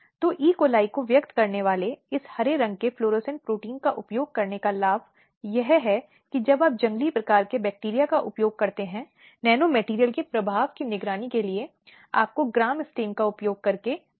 यह टिप्पणी बहुत आसानी से कर दी जाती है कि वह ज़रूर मिली भगत कर रही होगी या उसने विचाराधीन अपराध में भागीदारी की होगी